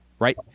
Right